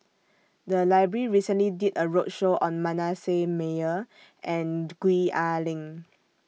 The Library recently did A roadshow on Manasseh Meyer and Gwee Ah Leng